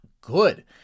good